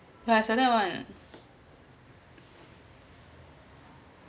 no I one ah